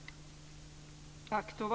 Vi ska utreda det.